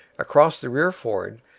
across the rear ford,